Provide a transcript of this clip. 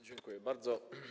Dziękuję bardzo.